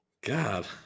God